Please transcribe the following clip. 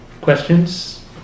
questions